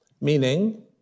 Meaning